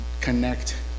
connect